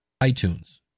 iTunes